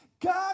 God